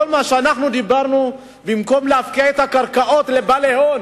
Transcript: כל מה שאמרנו זה שבמקום להפקיע את הקרקעות בשביל בעלי הון,